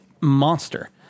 monster